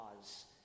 cause